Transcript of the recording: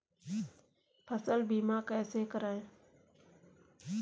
फसल बीमा कैसे कराएँ?